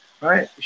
right